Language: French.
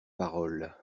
paroles